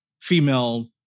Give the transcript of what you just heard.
female